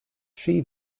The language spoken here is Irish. trí